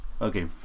Okay